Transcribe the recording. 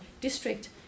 district